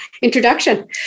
introduction